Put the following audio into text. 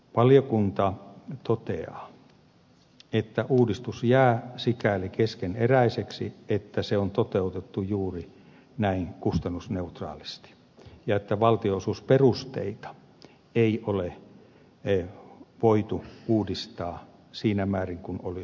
valiokunta toteaa että uudistus jää sikäli keskeneräiseksi että se on toteutettu juuri näin kustannusneutraalisti ja että valtionosuusperusteita ei ole voitu uudistaa siinä määrin kuin olisi ollut tarvetta